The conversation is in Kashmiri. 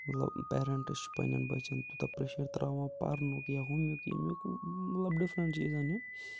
مطلب پیرَنٹٕس چھِ پَننٮ۪ن بَچَن تیوٗتاہ پرییشَر تراوان پَرنُک یا ہُمیُک اَمیُک مطلب ڈِفرَنٛٹ چیٖزَن ہُند